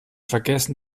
vergessen